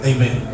Amen